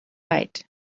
right